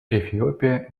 эфиопия